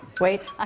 wait. ah